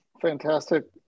Fantastic